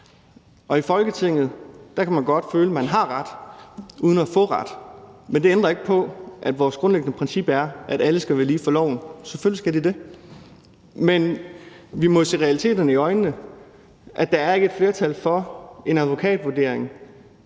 og i Folketinget kan man godt føle, man har ret uden at få ret. Men det ændrer ikke på, at vores grundlæggende princip er, at alle skal være lige for loven. Selvfølgelig skal de det. Men vi må jo se realiteterne i øjnene, nemlig at der ikke er et flertal for en advokatvurdering